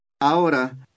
Ahora